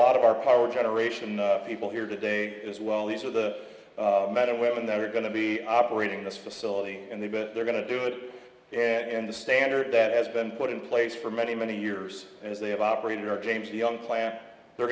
lot of our power generation the people here today as well these are the better weapon that are going to be operating this facility and they bet they're going to do it in the standard that has been put in place for many many years as they have operated our james young plant they're